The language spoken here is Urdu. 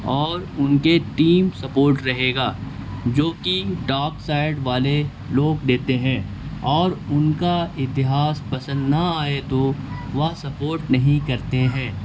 اور ان کے ٹیم سپورٹ رہے گا جو کہ ڈاک سائڈ والے لوگ دیتے ہیں اور ان کا اتہاس پسند نہ آئے تو وہ سپورٹ نہیں کرتے ہیں